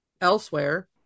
elsewhere